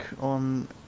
on